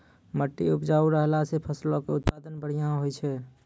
मट्टी उपजाऊ रहला से फसलो के उत्पादन बढ़िया होय छै